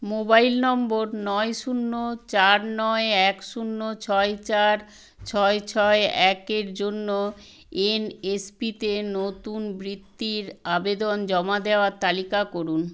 mobile number নয় শূন্য চার নয় এক শূন্য ছয় চার ছয় ছয় একের জন্য এনএসপিতে নতুন বৃত্তির আবেদন জমা দেওয়ার তালিকা করুন